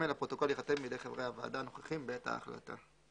הפרוטוקול ייחתם בידי חברי הוועדה הנוכחים בעת ההחלטה.".